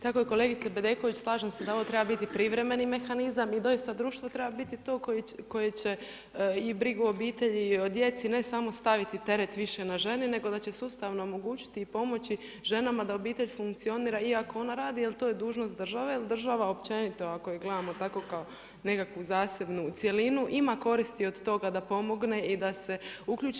Tako je kolegice Bedeković, slažem se da ovo treba biti privremeni mehanizam i doista društvo treba biti to koje će i brigu o obitelji i odjeci, ne samo staviti teret više na ženi, nego da će sustavno omogućiti i pomoći ženama da obitelj funkcionira iako ona radi jer to je dužnost države, jer država općenito ako je gledamo tako kao nekakvu zasebnu cjelinu ima koristi od toga da pomogne i da se uključi.